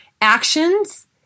actions